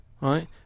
right